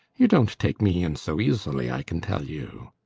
you don't take me in so easily, i can tell you.